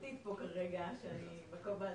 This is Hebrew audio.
הזאת שעוסקת באנרגיה ובגז כדי לתכנן קדימה את העתיד